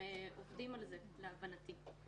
הם עובדים על זה, להבנתי.